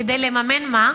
כדי לממן מה?